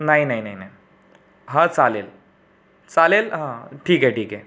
नाही नाही नाही ना हां चालेल चालेल हां ठीक आहे ठीक आहे